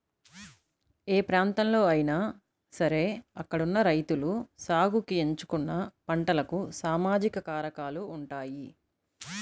ఏ ప్రాంతంలో అయినా సరే అక్కడున్న రైతులు సాగుకి ఎంచుకున్న పంటలకు సామాజిక కారకాలు ఉంటాయి